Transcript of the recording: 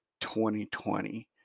2020